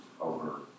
over